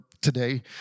today